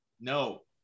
No